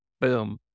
Boom